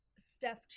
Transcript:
Steph